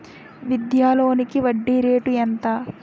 విద్యా లోనికి వడ్డీ రేటు ఎంత?